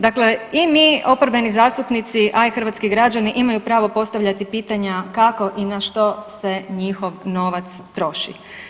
Dakle, i mi oporbeni zastupnici, a i hrvatski građani imaju pravo postavljati pitanja kako i na što se njihov novac troši.